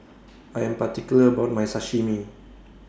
I Am particular about My Sashimi